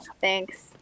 Thanks